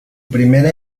primera